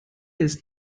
ist